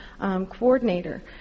coordinator